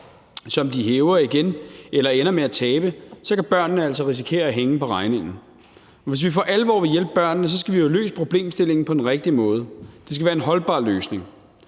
som de hæver igen eller ender med at tabe, så kan børnene altså risikere at hænge på regningen. Hvis vi for alvor vil hjælpe børnene, skal vi have løst problemstillingen på den rigtige måde. Det skal være en holdbar løsning.